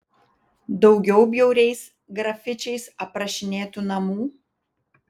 daugiau bjauriais grafičiais aprašinėtų namų